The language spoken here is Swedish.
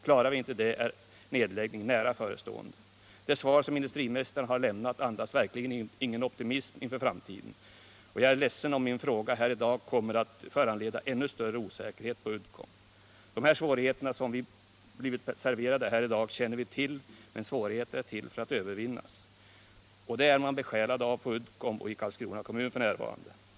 Klarar vi inte det är nedläggning nära förestående. Det svar som industriministern har lämnat andas verkligen ingen optimism inför framtiden, och jag är ledsen om min fråga här i dag kommer att föranleda ännu större osäkerhet på Uddcomb. De här svårigheterna som vi blivit serverade här i dag känner vi till, men svårigheter är till för att övervinnas, och den tanken är man besjälad av på Uddcomb och i Karlskrona kommun f. n.